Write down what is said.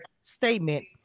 statement